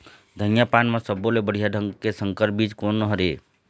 धनिया पान म सब्बो ले बढ़िया ढंग के संकर बीज कोन हर ऐप?